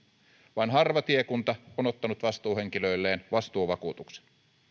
vain harva tiekunta on ottanut vastuuhenkilöilleen vastuuvakuutuksen